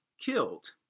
killed